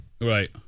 Right